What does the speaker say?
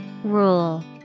Rule